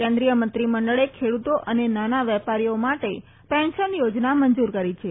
કેન્દ્રીય મંત્રી મંડળે ખેડુતો અને નાના વેપારીઓ માટે પેન્શન યોજના મંજુર કરી છે